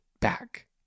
back